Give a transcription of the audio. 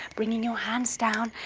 bringing your hands down,